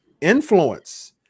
influence